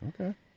Okay